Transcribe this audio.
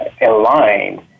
aligned